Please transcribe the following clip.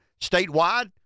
statewide